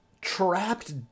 trapped